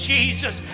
Jesus